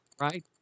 Right